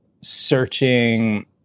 searching